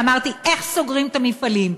אמרתי: איך סוגרים את המפעלים?